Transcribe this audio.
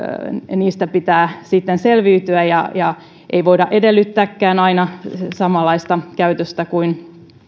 niistä pitää sitten selviytyä ei voida edellyttääkään aina samanlaista käytöstä kuin